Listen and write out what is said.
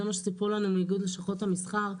זה מה שסיפור לנו מאיגוד לשכות המסחר.